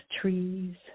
trees